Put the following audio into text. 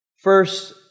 first